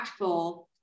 impactful